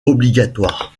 obligatoire